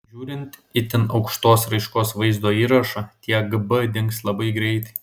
žiūrint itin aukštos raiškos vaizdo įrašą tie gb dings labai greitai